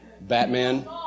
Batman